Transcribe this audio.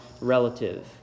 relative